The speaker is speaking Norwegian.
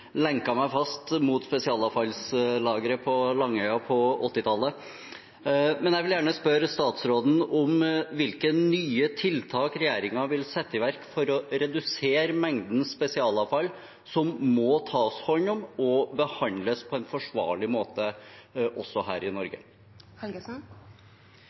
fast mot spesialavfallslageret på Langøya på 1980-tallet. Jeg vil gjerne spørre statsråden om hvilke nye tiltak regjeringen vil sette i verk for å redusere mengden spesialavfall som må tas hånd om og behandles på en forsvarlig måte, også her i